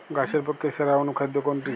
গাছের পক্ষে সেরা অনুখাদ্য কোনটি?